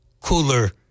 cooler